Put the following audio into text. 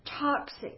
toxic